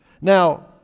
Now